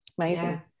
amazing